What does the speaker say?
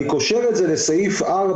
אני קושר את זה לסעיף (4)